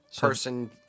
person